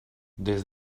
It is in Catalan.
des